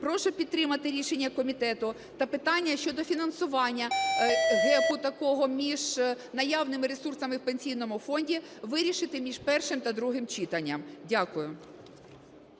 Прошу підтримати рішення комітету, та питання щодо фінансування гепу такого між наявними ресурсами в Пенсійному фонді, вирішити між першим та другим читанням. Дякую.